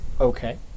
Okay